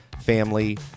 family